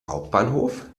hauptbahnhof